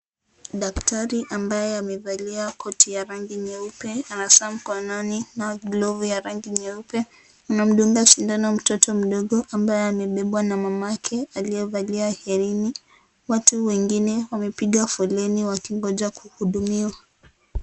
Daktari ambaye amevalia koti ya rangi nyeupe ana saa mkononi na glovu ya rangi nyeupe anamdunga sindano mtoto mdogo ambaye anabebwa na mamake aliyevalia herini. Watu wengine wamepiga foleni wakimgoja kuhudumiwa.